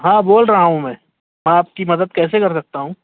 ہاں بول رہا ہوں میں میں آپ کی مدد کیسے کر سکتا ہوں